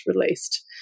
released